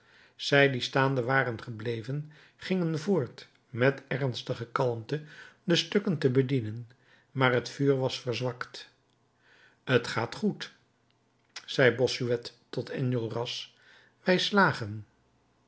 zij die staande waren gebleven gingen voort met ernstige kalmte de stukken te bedienen maar het vuur was verzwakt t gaat goed zei bossuet tot enjolras wij slagen